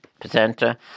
presenter